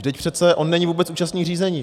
Vždyť přece on není vůbec účastník řízení.